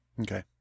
Okay